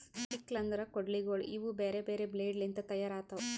sickle ಅಂದುರ್ ಕೊಡ್ಲಿಗೋಳ್ ಇವು ಬೇರೆ ಬೇರೆ ಬ್ಲೇಡ್ ಲಿಂತ್ ತೈಯಾರ್ ಆತವ್